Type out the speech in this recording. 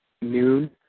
noon